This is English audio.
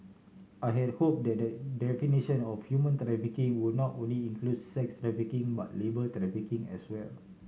I had hope that the definition of human trafficking would not only include sex trafficking but labour trafficking as well